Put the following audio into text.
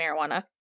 marijuana